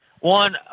One